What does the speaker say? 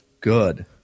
good